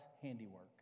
handiwork